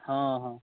हँ हँ